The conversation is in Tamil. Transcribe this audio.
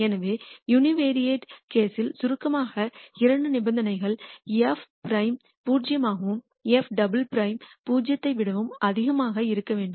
எனவே யூனிவெரைட் கேஸ்யில் சுருக்கமாக இரண்டு நிபந்தனைகள் f பிரைம் பூஜ்ஜியமாகவும் f டபுள் பிரைம் 0 ஐ விடவும் அதிகமாக இருக்க வேண்டும்